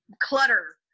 clutter